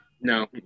No